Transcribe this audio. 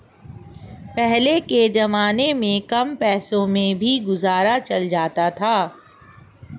पहले के जमाने में कम पैसों में भी गुजारा चल जाता था